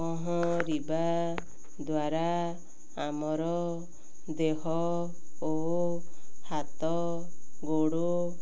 ପହଁରିବା ଦ୍ୱାରା ଆମର ଦେହ ଓ ହାତ ଗୋଡ଼